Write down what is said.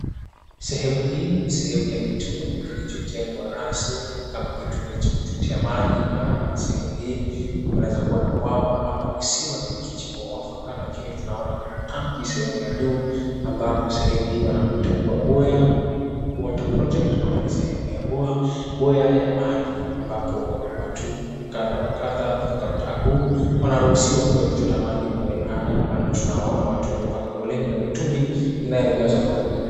Sehemu hii ni sehemu ya kituo kilichotengwa rasmi kama kituo cha kuchotea maji maana sehemu hii kunaweza kuwa na bwawa ama kisima kilichochimbwa mwafaka lakini tunaona kuna tanki sehemu ya juu ambapo sehemu hiyo wanakuita kuwa Boya Water Project ama ni sehemu ya Boya ya maji ambapo ni sehemu watu kadha wa kadha kutoka mtaa huu wanaruhusiwa kuja kuchota maji maeneo haya maana tunawaona watu waliopanga foleni na mitungi inayojazwa maji.